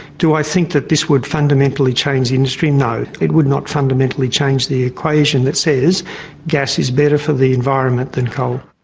do i think that this would fundamentally change the industry? no. it would not fundamentally change the equation that says gas is better for the environment than coal.